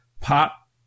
Pop